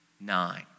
nine